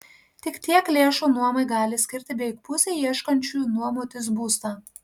tik tiek lėšų nuomai gali skirti beveik pusė ieškančiųjų nuomotis būstą